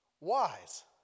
wise